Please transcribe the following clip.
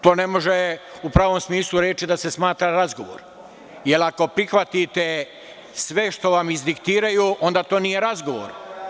To ne može u pravom smislu reči da se smatra razgovorom, jer ako prihvatite sve što vam izdiktiraju, onda to nije razgovor.